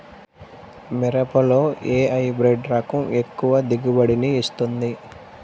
మిరపలో ఏ హైబ్రిడ్ రకం ఎక్కువ దిగుబడిని ఇస్తుంది?